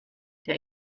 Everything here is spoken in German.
der